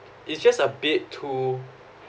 it's just a bit too